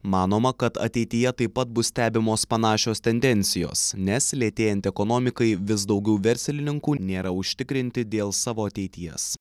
manoma kad ateityje taip pat bus stebimos panašios tendencijos nes lėtėjant ekonomikai vis daugiau verslininkų nėra užtikrinti dėl savo ateities